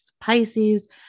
Pisces